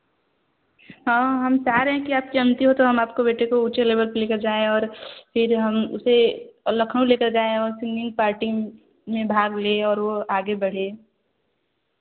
हाँ हम चाह रहे हैं कि आपकी अनुमति हो तो हम आपके बेटे को ऊँचे लेबल पर ले कर जाएँ और फिर हम उसे लखनऊ ले कर जाएँ और सिंगिंग पार्टी में भाग ले और वह आगे बढ़े